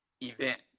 event